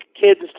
kids